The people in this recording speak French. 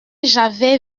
j’avais